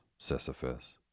Sisyphus